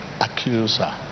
accuser